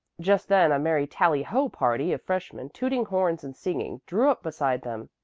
just then a merry tally-ho party of freshmen, tooting horns and singing, drew up beside them.